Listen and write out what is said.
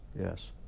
yes